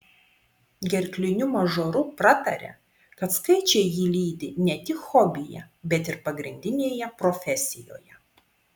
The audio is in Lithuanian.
gerkliniu mažoru pratarė kad skaičiai jį lydi ne tik hobyje bet ir pagrindinėje profesijoje